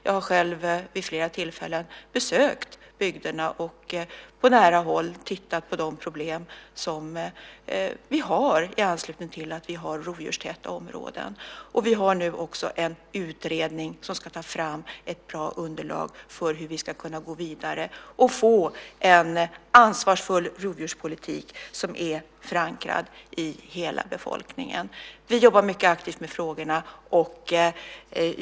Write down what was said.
Jag har själv vid flera tillfällen besökt bygderna och på nära håll tittat på de problem vi har i anslutning till rovdjurstäta områden. Vi har nu en utredning som ska ta fram ett bra underlag för hur vi ska kunna gå vidare och få en ansvarsfull jordbrukspolitik som är förankrad i hela befolkningen. Vi jobbar mycket aktivt med frågorna.